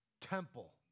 temple